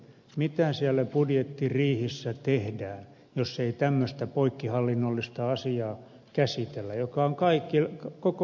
mitä siellä budjettiriihessä tehdään jos ei tämmöistä poikkihallinnollista asiaa käsitellä joka on koko valtionhallinnolle yhteinen